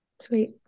sweet